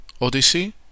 Odyssey